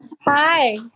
Hi